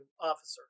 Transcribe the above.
officer